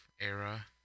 era